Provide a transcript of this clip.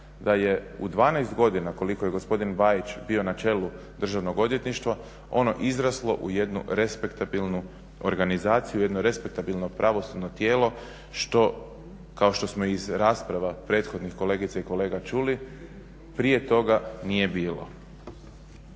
da je u 12 godina koliko je gospodin Bajić bio na čelu Državnog odvjetništva ono izraslo u jednu respektabilnu organizaciju, jedno respektabilno pravosudno tijelo što kao što smo i iz rasprava prethodnih kolegica i kolega čuli prije toga nije bilo.